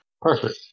Perfect